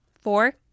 Four